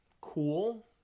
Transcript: cool